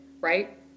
Right